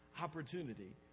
opportunity